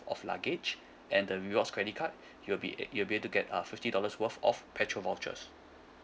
of luggage and the rewards credit card you'll be a~ you'll be able to get uh fifty dollars worth of petrol vouchers